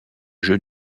jeu